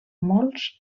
molts